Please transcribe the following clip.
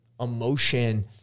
emotion